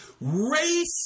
Race